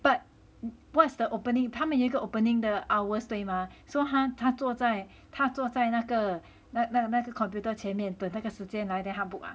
but what's the opening 他们有一个 opening 的 hours 对 mah so 他他坐在他坐在那个那个 computer 前面等那个时间来 then 他 book ah